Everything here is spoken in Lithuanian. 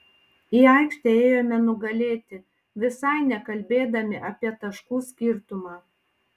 į aikštę ėjome nugalėti visai nekalbėdami apie taškų skirtumą